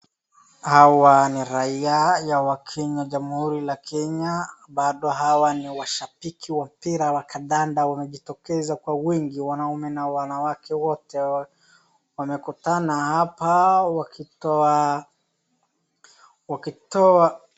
Hawa ni raia la wakenya jamhuri ya Kenya, bado hawa ni washabiki wa mpira wa kandanda wanajitokeza kwa wingi, wanaume na wanawake wote wamekutana hapa wakitoa, wakitoa.